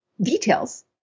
details